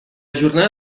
jornada